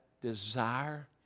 desire